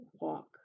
walk